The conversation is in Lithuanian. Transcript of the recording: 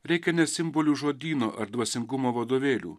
reikia ne simbolių žodyno ar dvasingumo vadovėlių